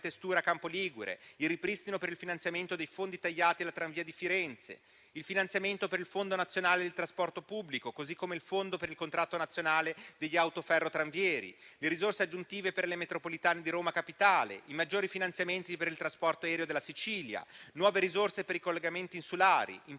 Stura a Campo Ligure ; il ripristino del finanziamento dei fondi tagliati alla tramvia di Firenze ; il finanziamento del Fondo nazionale del trasporto pubblico, così come del Fondo per il contratto nazionale degli autoferrotranvieri ; le risorse aggiuntive per le metropolitane di Roma Capitale ; i maggiori finanziamenti per il trasporto aereo della Sicilia ; nuove risorse per i collegamenti insulari, in